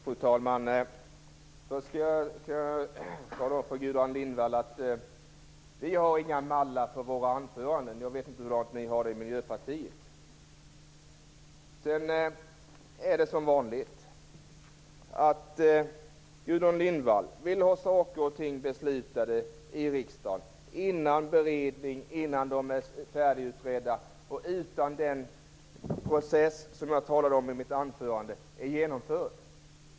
Fru talman! Först skall jag tala om för Gudrun Lindvall att vi inte har några mallar för våra anföranden. Jag vet inte hur ni har det i Miljöpartiet. Som vanligt vill Gudrun Lindvall ha saker och ting beslutade i riksdagen innan beredning, innan frågorna är färdigutredda, utan att den process som jag talade om i mitt anförande är genomförd.